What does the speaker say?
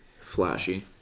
flashy